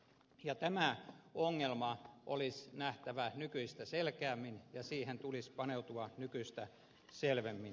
tämä ongelma olisi nähtävä nykyistä selkeämmin ja siihen tulisi paneutua nykyistä selvemmin